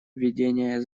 ведения